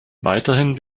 weiterhin